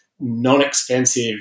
non-expensive